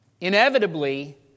Inevitably